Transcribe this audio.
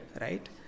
right